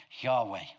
Yahweh